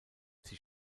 sie